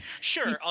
sure